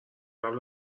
قبل